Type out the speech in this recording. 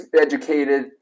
educated